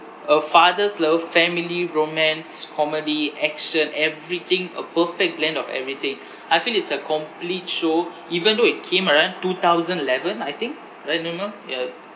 a father's love family romance comedy action everything a perfect blend of everything I feel it's a complete show even though it came around two thousand eleven I think right nema ya